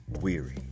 weary